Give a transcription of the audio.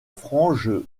frange